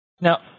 Now